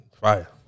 fire